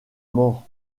mort